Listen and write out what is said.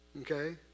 okay